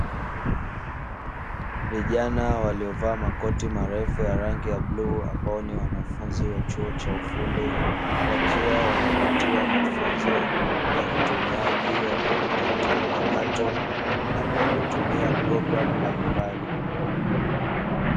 Vijana waliovaa makoti marefu ya rangi ya bluu, ambao ni wanafunzi wa chuo cha ufundi, wakiwa wanapatiwa mafunzo ya utumiaji wa kompyuta mpakato au kwa kutumia programu mbalimbali.